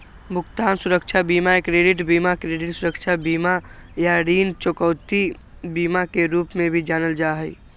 भुगतान सुरक्षा बीमा के क्रेडिट बीमा, क्रेडिट सुरक्षा बीमा, या ऋण चुकौती बीमा के रूप में भी जानल जा हई